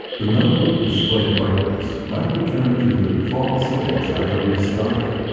the notebook display brightness might return to the default settings after restarting.